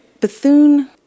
Bethune